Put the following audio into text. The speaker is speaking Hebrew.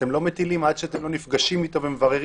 אתם לא מטילים עד שאתם לא נפגשים איתו ומבררים?